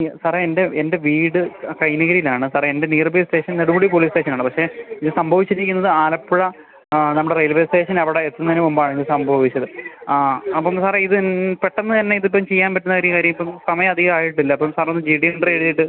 ഇല്ല സാറേ എൻ്റെ എൻ്റെ വീട് കൈനഗരീലാണ് സാറേ എൻ്റെ nearby station Nedumudi police സ്റ്റേഷനാണ് പക്ഷേ ഇത് സംഭവിച്ചിരിക്കുന്നത് ആലപ്പുഴ നമ്മുടെ റെയിൽവേ സ്റ്റേഷനവിടെ എത്തുന്നതിന് മുൻപാണിത് സംഭവിച്ചത് ആ അപ്പം സാറേ ഇത് പെട്ടന്ന് തന്നെ ഇതിപ്പം ചെയ്യാൻ പറ്റുന്നൊരു കാര്യം ഇപ്പം സമയം അധികം ആയിട്ടില്ല അപ്പം സാറൊന്ന് ജി ഡി എൻട്രെഴുതീട്ട്